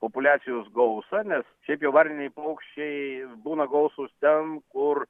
populiacijos gausą nes šiaip jau varniniai paukščiai būna gausūs ten kur